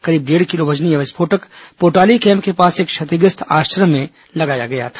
करीब डेढ़ किलो वजनी यह विस्फोटक पोटाली कैम्प के पास एक क्षतिग्रस्त आश्रम में लगाया गया था